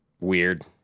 weird